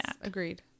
Agreed